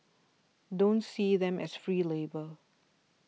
don't see them as free labour